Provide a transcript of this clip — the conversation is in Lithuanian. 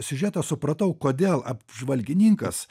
siužetą supratau kodėl apžvalgininkas